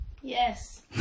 Yes